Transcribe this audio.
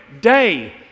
day